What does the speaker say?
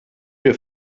wir